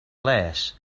les